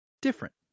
Different